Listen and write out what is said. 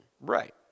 right